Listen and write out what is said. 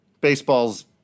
Baseball's